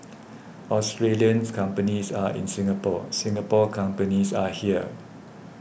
Australian companies are in Singapore Singapore companies are here